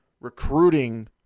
recruiting